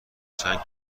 چند